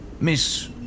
Miss